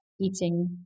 eating